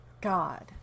god